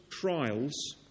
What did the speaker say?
trials